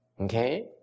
Okay